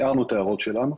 היו לנו ההערות שלנו.